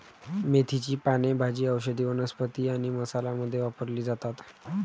मेथीची पाने भाजी, औषधी वनस्पती आणि मसाला मध्ये वापरली जातात